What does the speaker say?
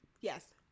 Yes